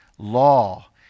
law